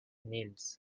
nils